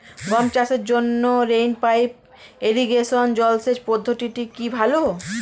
গম চাষের জন্য রেইন পাইপ ইরিগেশন জলসেচ পদ্ধতিটি কি ভালো?